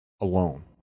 alone